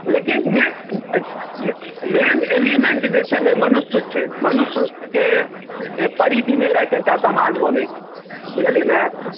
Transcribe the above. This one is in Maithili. लेकिन मे मेन एलीमेन्ट जे छै ने मनुष्य छै मनुष्यके परिधिमे राखिके एकटा समाज बनैत छै बुझलियै ने